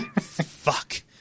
Fuck